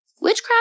witchcraft